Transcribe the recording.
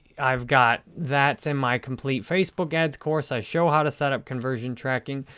i've got, that's in my complete facebook ads course. i show how to set up conversion tracking.